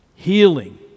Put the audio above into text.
Healing